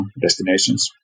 destinations